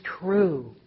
true